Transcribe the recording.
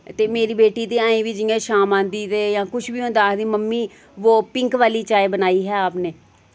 ते मेरी बेटी ते अजें बी जि'यां शाम औंदी ते जां किश बी होंदा आखदी मम्मी वो पिंक वाली चाय बनाई है आपने